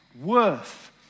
worth